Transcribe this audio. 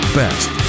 best